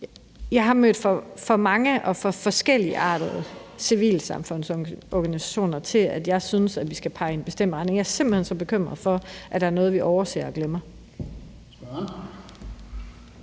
Jeg har mødt for mange og for forskelligartede civilsamfundsorganisationer til, at jeg synes, at vi skal pege i en bestemt retning. Jeg er simpelt hen så bekymret for, at der er noget, vi overser og glemmer.